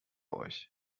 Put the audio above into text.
euch